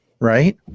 right